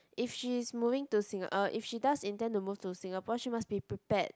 if she's moving to Sing~ uh if she does intend to move to Singapore she must be prepared